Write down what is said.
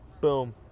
Boom